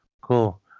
cool